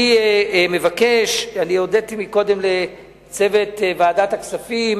קודם הודיתי לצוות ועדת הכספים